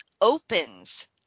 opens